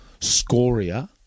scoria